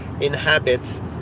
inhabits